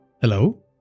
Hello